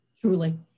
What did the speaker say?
Truly